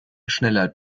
schneller